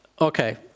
Okay